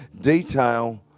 detail